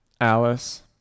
Alice